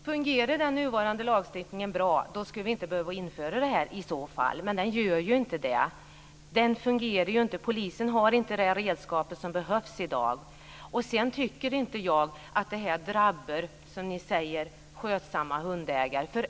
Fru talman! Fungerade den nuvarande lagstiftningen bra, skulle vi i så fall inte behöva att införa denna lag. Men den gör ju inte det. Polisen har inte de redskap som behövs i dag. Sedan tycker jag inte att detta drabbar - som ni säger - skötsamma hundägare.